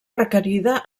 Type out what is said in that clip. requerida